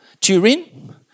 Turin